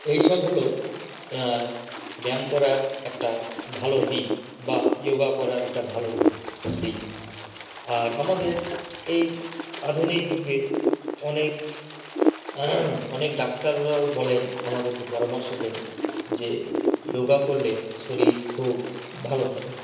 এইসব হলো ব্যায়াম করার একটা ভালো দিক বা ইয়োগা করার একটা ভালো দিক আর আমাদের এই আধুনিক যুগে অনেক অনেক ডাক্তাররাও বলেন আমাদেরকে পরামর্শ দেন যে ইয়োগা করলে শরীর খুব ভালো থাকে